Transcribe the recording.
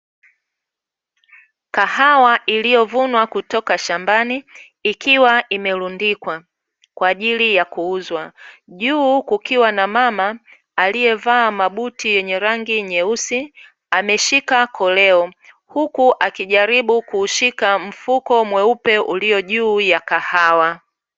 Kahawa iliyovunwa kutoka shambani, ikiwa imerundikwa kwa ajili ya kuuzwa, juu kukiwa na mama aliyevaa mabuti yenye rangi nyeusi, ameshika koleo; huku akijaribu kuushika mfuko mweupe uliojuu ya kahawa.